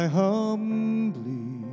humbly